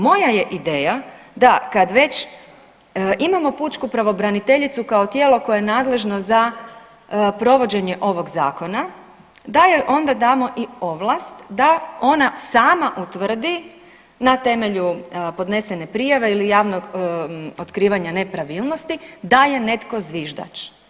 Moja je ideja da kad već imamo pučku pravobraniteljicu kao tijelo koje je nadležno za provođenje ovog zakona da joj onda damo i ovlast da ona sama utvrdi na temelju podnesene prijave ili javnog otkrivanja nepravilnosti da je netko zviždač.